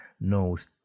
knows